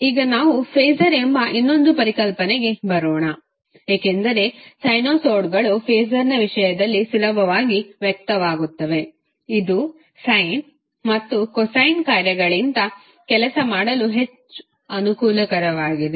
ಈಗ ನಾವು ಫಾಸರ್ ಎಂಬ ಇನ್ನೊಂದು ಪರಿಕಲ್ಪನೆಗೆ ಬರೋಣ ಏಕೆಂದರೆ ಸೈನುಸಾಯ್ಡ್ಗಳು ಫಾಸರ್ ವಿಷಯದಲ್ಲಿ ಸುಲಭವಾಗಿ ವ್ಯಕ್ತವಾಗುತ್ತವೆ ಇದು ಸಯ್ನ್ ಮತ್ತು ಕೊಸೈನ್ ಕಾರ್ಯಗಳಿಗಿಂತ ಕೆಲಸ ಮಾಡಲು ಹೆಚ್ಚು ಅನುಕೂಲಕರವಾಗಿದೆ